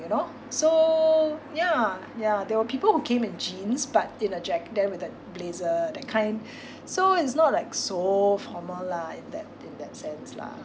you know so yeah yeah there were people who came in jeans but in a jack~ then with a blazer that kind so it's not like so formal lah in that sense lah